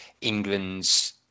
England's